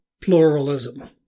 pluralism